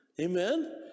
Amen